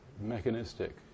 mechanistic